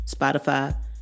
Spotify